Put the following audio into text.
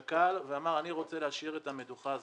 ואמר שהוא רוצה להשאיר את המדוכה הזאת,